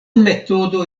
metodo